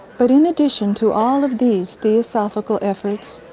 but in addition to all of these theosophical efforts,